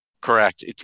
Correct